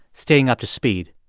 staying up to speed.